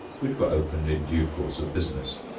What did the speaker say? which were opened in due course of business.